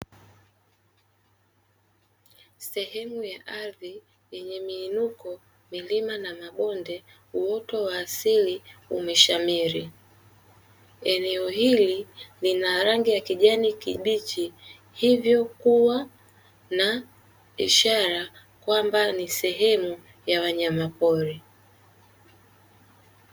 Sehemu ya ardhi yenye miinuko, milima na mabonde; uoto wa asili umeshamiri. Eneo hili lina rangi ya kijani kibichi, hivyo kuwa na ishara kwamba ni sehemu ya wanyamapori.